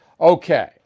Okay